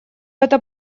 эта